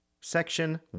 Section